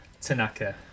Tanaka